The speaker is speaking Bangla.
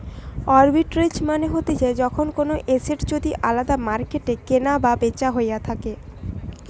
আরবিট্রেজ মানে হতিছে যখন কোনো এসেট যদি আলদা মার্কেটে কেনা এবং বেচা হইয়া থাকে